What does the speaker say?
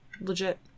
legit